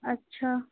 اچھا